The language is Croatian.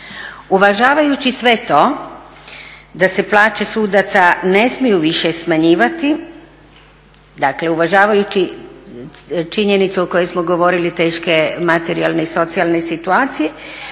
Uvažavajući sve to da se plaće sudaca ne smiju više smanjivati, dakle uvažavajući činjenicu o kojoj smo govorili teške materijalne i socijalne situacije